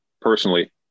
personally